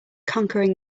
conquering